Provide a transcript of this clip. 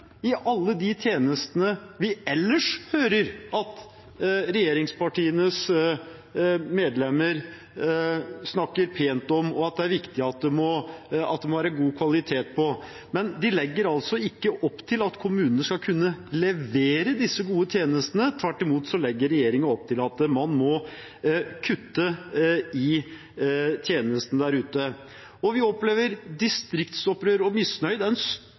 i alle de tjenestene vi ellers hører at regjeringspartienes medlemmer snakker pent om, og sier det er viktig at det må være god kvalitet på. Men de legger altså ikke opp til at kommunene skal kunne levere disse gode tjenestene. Tvert imot legger regjeringen opp til at man må kutte i tjenestene der ute. Vi opplever distriktsopprør og